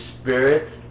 spirit